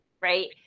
right